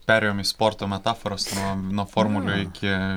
perėjom į sporto metaforas nuo nuo formulių iki